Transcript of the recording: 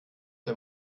der